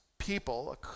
people